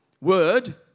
Word